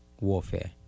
warfare